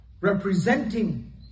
representing